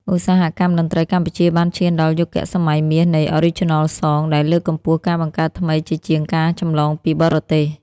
ឧស្សាហកម្មតន្ត្រីកម្ពុជាបានឈានដល់យុគសម័យមាសនៃ "Original Song" ដែលលើកកម្ពស់ការបង្កើតថ្មីជាជាងការចម្លងពីបរទេស។